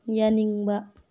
ꯌꯥꯅꯤꯡꯕ